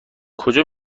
کجا